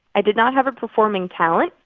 i did not have a performing talent,